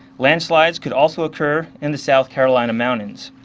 landslides could also occur in the south carolina mountains.